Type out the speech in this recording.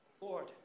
Lord